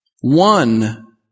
One